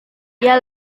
dia